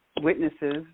witnesses